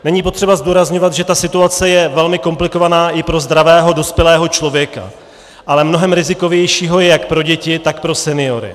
Není potřeba zdůrazňovat, že ta situace je velmi komplikovaná i pro zdravého dospělého člověka, ale mnohem rizikovějšího jak pro děti, tak pro seniory.